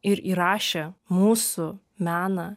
ir įrašė mūsų meną